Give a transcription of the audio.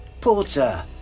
Porter